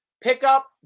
pickup